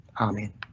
Amen